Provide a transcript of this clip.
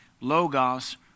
logos